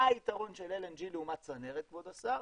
מה היתרון של LNG לעומת צנרת, כבוד יושב הראש?